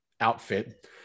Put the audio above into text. outfit